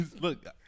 Look